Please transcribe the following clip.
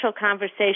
conversation